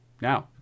Now